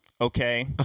Okay